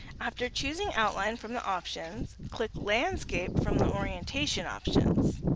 after choosing outline from the options click landscape from the orientation options.